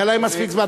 היה להם מספיק זמן.